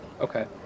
Okay